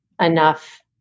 enough